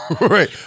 Right